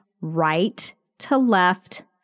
right-to-left